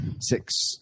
six